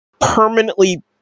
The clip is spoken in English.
permanently